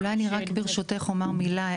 אולי אני רק ברשותך אומר מילה לפני,